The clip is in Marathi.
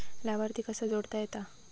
लाभार्थी कसा जोडता येता?